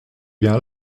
bien